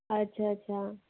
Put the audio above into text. अच्छा अच्छा